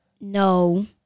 No